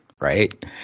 right